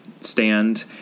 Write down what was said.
stand